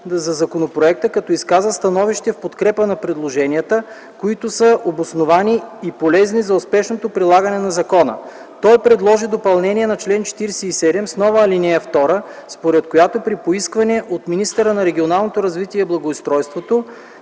за законопроекта, като изказа становище в подкрепа на предложенията, които са обосновани и полезни за успешното прилагане на закона. Той предложи допълнение на чл. 47 с нова ал. 2, според която при поискване от министъра на регионалното развитие и благоустройството,